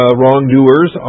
wrongdoers